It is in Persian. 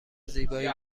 زیبایی